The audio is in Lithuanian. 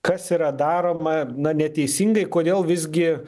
kas yra daroma na neteisingai kodėl visgi